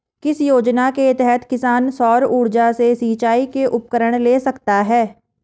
किस योजना के तहत किसान सौर ऊर्जा से सिंचाई के उपकरण ले सकता है?